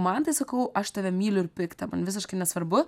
man tai sakau aš tave myliu ir piktą man visiškai nesvarbu